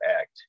act